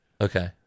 Okay